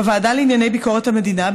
בוועדה לענייני ביקורת המדינה,